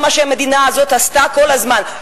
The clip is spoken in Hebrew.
זה מה שהמדינה הזאת עשתה כל הזמן,